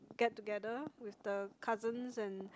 get together with the cousins and